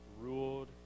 ruled